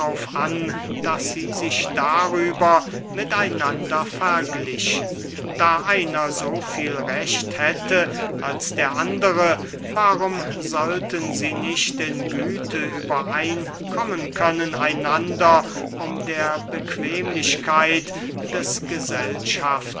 an daß sie sich darüber mit einander verglichen da einer so viel recht hätte als der andere warum sollten sie nicht in güte übereinkommen können einander um der bequemlichkeit des